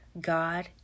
God